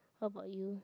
how about you